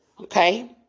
okay